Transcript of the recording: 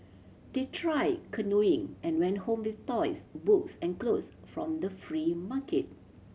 they tried canoeing and went home with toys books and clothes from the free market